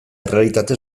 errealitate